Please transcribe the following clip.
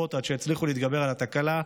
מרובות עד שהצליחו להתגבר על התקלה,